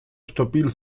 stabil